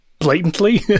Blatantly